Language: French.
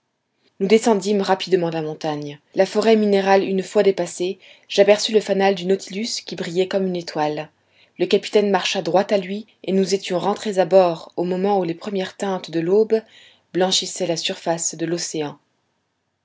nous descendîmes rapidement la montagne la forêt minérale une fois dépassée j'aperçus le fanal du nautilus qui brillait comme une étoile le capitaine marcha droit à lui et nous étions rentrés à bord au moment où les premières teintes de l'aube blanchissaient la surface de l'océan